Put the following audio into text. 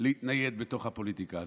להתנייד בתוך הפוליטיקה הזאת.